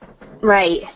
Right